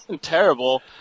terrible